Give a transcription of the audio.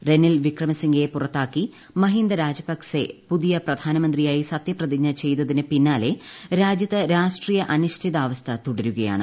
റെനിൽ വിക്രമസിംഗയെ പുറത്താക്കി മഹീന്ദ രാജപക്സെ പുതിയ പ്രധാനമന്ത്രിയായി സത്യപ്രതിജ്ഞ ചെയ്തതിനു പിന്നാലെ രാജ്യത്ത് രാഷ്ട്രീയ അനിശ്ചിതാവസ്ഥ തുടരുകയാണ്